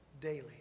daily